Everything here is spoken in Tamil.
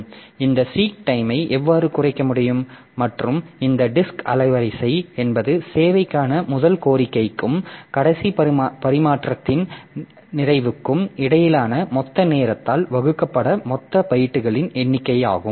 எனவே இந்த சீக் டைமை எவ்வாறு குறைக்க முடியும் மற்றும் இந்த டிஸ்க் அலைவரிசை என்பது சேவைக்கான முதல் கோரிக்கைக்கும் கடைசி பரிமாற்றத்தின் நிறைவுக்கும் இடையிலான மொத்த நேரத்தால் வகுக்கப்பட்ட மொத்த பைட்டுகளின் எண்ணிக்கையாகும்